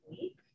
week